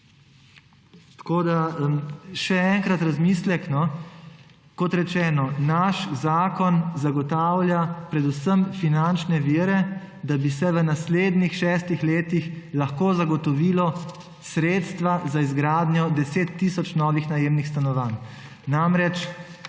podprli. Še enkrat v razmislek. Kot rečeno, naš zakon zagotavlja predvsem finančne vire, da bi se v naslednjih šestih letih lahko zagotovilo sredstva za izgradnjo 10 tisoč novih najemnih stanovanj. Namreč,